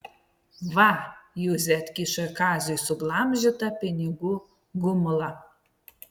va juzė atkišo kaziui suglamžytą pinigų gumulą